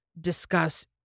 discuss